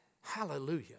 hallelujah